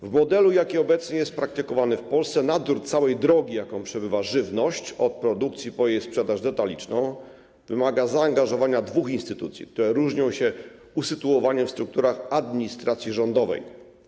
W modelu, jaki obecnie jest praktykowany w Polsce, nadzór całej drogi, jaką przebywa żywność, od produkcji po jej sprzedaż detaliczną wymaga zaangażowania dwóch instytucji, które różnią się usytuowaniem w strukturach administracji rządowej.